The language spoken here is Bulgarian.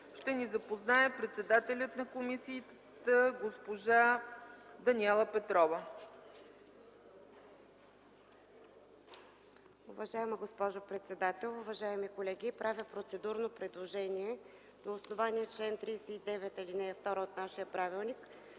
ще ни запознае председателят на комисията госпожа Даниела Петрова.